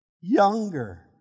younger